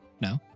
no